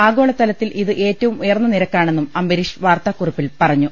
ആഗോളതലത്തിൽ ഇത് ഏറ്റവും ഉയർന്ന നിരക്കാണെന്നും അംബരീഷ് വാർത്താ കുറിപ്പിൽ പറഞ്ഞു